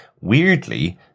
Weirdly